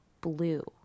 blue